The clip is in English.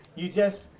you just,